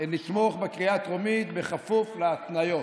לתמוך בקריאה הטרומית כפוף להתניות.